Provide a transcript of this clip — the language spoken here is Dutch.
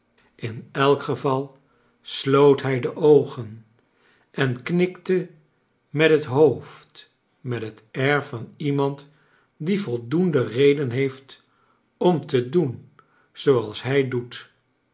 in elk geval sloot hij de oogen en knikte met het hoofd met het air van iemand die voldoende reden heeft om te doen zooals hij doet